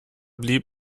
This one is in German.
blieb